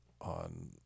on